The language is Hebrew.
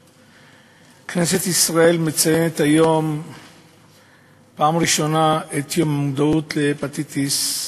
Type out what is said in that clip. כנסת ישראל מציינת היום בפעם הראשונה את יום המודעות להפטיטיס,